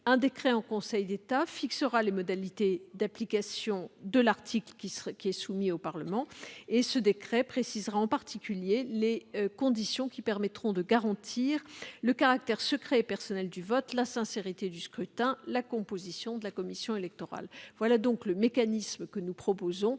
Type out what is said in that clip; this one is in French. Un décret en Conseil d'État fixera les modalités d'application de l'article soumis à l'examen du Parlement. Il précisera, en particulier, les conditions qui permettront de garantir le caractère secret et personnel du vote, la sincérité du scrutin, la composition de la commission électorale. Tel est le mécanisme que nous vous proposons,